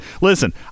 Listen